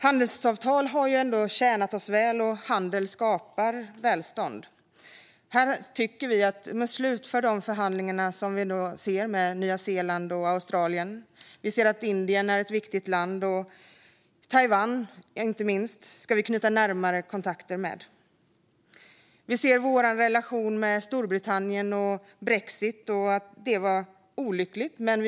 Handelsavtal har ändå tjänat oss väl, och handel skapar välstånd. Här tycker vi att man ska slutföra de förhandlingar som vi ser med Nya Zeeland och Australien. Vi ser att Indien är ett viktigt land, och vi ska knyta närmare kontakter med Taiwan. När det gäller relationen med Storbritannien var det olyckligt med brexit.